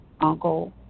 uncle